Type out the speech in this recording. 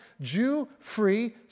Jew-free